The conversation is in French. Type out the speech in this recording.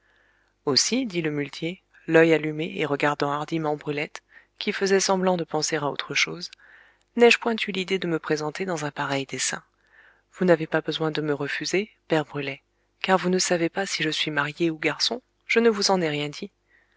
aussi dit le muletier l'oeil allumé et regardant hardiment brulette qui faisait semblant de penser à autre chose n'ai-je point eu l'idée de me présenter dans un pareil dessein vous n'avez pas besoin de me refuser père brulet car vous ne savez pas si je suis marié ou garçon je ne vous en ai rien dit